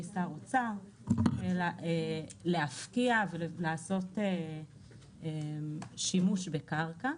שר האוצר להפקיע ולעשות שימוש בקרקע,